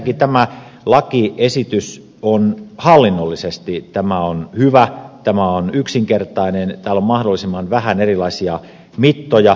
ensinnäkin tämä lakiesitys on hallinnollisesti hyvä tämä on yksinkertainen täällä on mahdollisimman vähän erilaisia mittoja